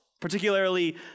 particularly